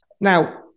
Now